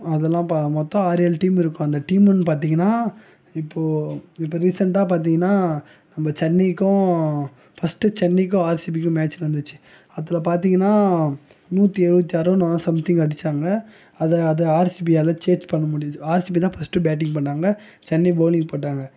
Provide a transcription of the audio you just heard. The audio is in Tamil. அதெல்லாம் பா மொத்தம் ஆறு ஏழு டீம் இருக்கும் அந்த டீம்னு பார்த்தீங்கன்னா இப்போது இப்போ ரீசண்டா பார்த்தீங்கன்னா நம்ம சென்னைக்கும் ஃபஸ்ட்டு சென்னைக்கும் ஆர்சிபிக்கும் மேட்ச் நடந்துச்சு அதில் பார்த்தீங்கன்னா நூற்றி எழுபத்தி ஆறோ என்னமோ சம்திங் அடிச்சாங்க அதை அதை ஆர்சிபியால் சேஸ் பண்ண முடிது ஆர்சிபி தான் ஃபஸ்ட்டு பேட்டிங்கு பண்ணாங்கள் சென்னை பவுலிங் போட்டாங்கள்